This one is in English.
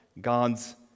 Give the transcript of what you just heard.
God's